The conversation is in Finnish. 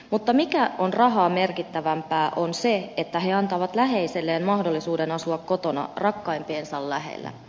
mutta mikä on rahaa merkittävämpää on se että he antavat läheiselleen mahdollisuuden asua kotona rakkaimpiensa lähellä